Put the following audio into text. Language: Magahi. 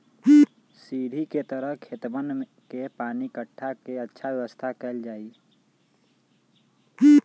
सीढ़ी के तरह खेतवन में पानी के इकट्ठा कर के अच्छा व्यवस्था कइल जाहई